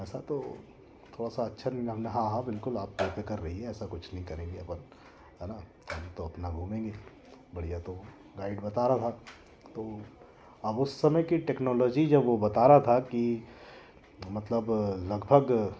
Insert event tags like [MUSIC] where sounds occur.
ऐसा तो थोड़ा सा अच्छा [UNINTELLIGIBLE] हम बोले हाँ हाँ बिल्कुल आप बेफिकर रहिए ऐसा कुछ नहीं करेंगे अपन है न हम तो अपना घूमेंगे बढ़िया तो गाइड बता रहा था तो अब समय की टेक्नोलॉजी जब वो बता रहा था कि मतलब लगभग